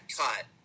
cut